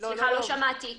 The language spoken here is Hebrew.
לא שמעתי.